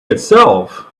itself